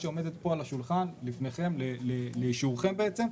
שעומדת פה על השולחן לפניכם לאישורכם בעצם,